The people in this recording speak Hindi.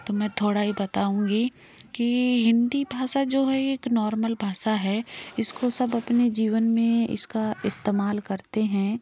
तो मैं थोड़ा ही बताऊंगी कि हिंदी भाषा जो है एक नॉर्मल भाषा है इसको सब अपने जीवन में इसका इस्तेमाल करते हैं